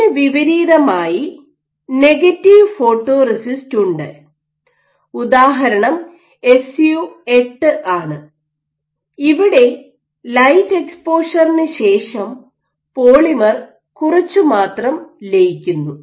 ഇതിനു വിപരീതമായി negative photoresist ഉണ്ട് ഉദാഹരണം എസ്യു 8 ആണ് ഇവിടെ ലൈറ്റ് എക്സ്പോഷറിന് ശേഷം പോളിമർ കുറച്ചു മാത്രം ലയിക്കുന്നു